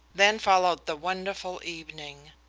then followed the wonderful evening.